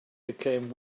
became